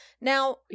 Now